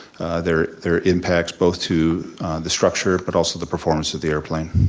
their their impact both to the structure, but also the performance of the airplane.